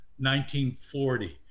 1940